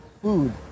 food